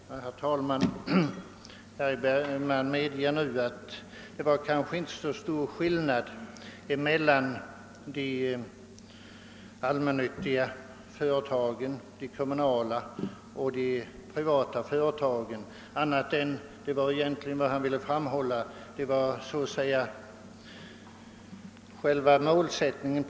Herr talman! Herr Bergman medger nu att det kanske inte är så stor skillnad mellan de allmännyttiga, de kommunala och de privata företagen annat än i vad gäller den långsiktiga målsättningen.